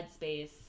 headspace